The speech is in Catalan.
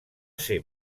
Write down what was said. ser